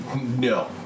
No